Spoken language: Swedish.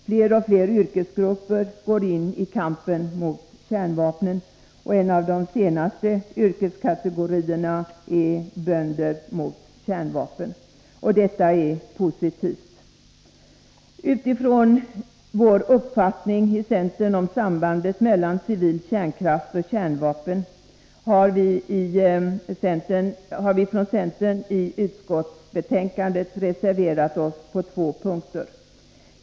Fler och fler yrkesgrupper går in i kampen mot kärnvapnen, och en av de senaste yrkeskategorierna är Bönder mot kärnvapen. Detta är positivt. Utifrån vår uppfattning i centern om sambandet mellan civil kärnkraft och kärnvapen har vi från centern i utskottsbetänkandet reserverat oss på två punkter.